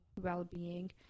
well-being